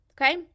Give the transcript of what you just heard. okay